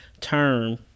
term